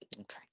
Okay